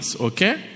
Okay